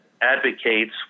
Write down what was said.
advocates